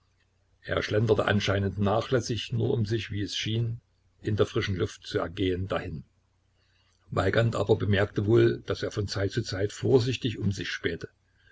er schlenderte anscheinend nachlässig nur um sich wie es schien in der frischen luft zu ergehen dahin weigand aber bemerkte wohl daß er von zeit zu zeit vorsichtig um sich spähte